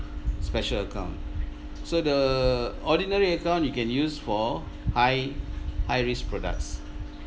special account so the ordinary account you can use for high high risk products